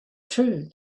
true